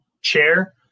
chair